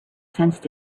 sensed